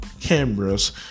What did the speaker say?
cameras